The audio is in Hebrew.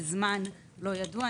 בזמן לא ידוע,